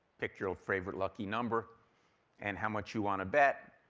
pick your favorite lucky number and how much you want to bet,